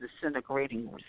disintegrating